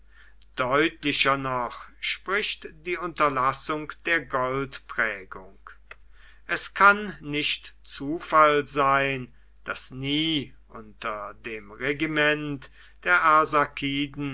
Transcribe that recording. deutlicher noch spricht die unterlassung der goldprägung es kann nicht zufall sein daß nie unter dem regiment der